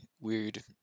weird